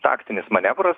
taktinis manevras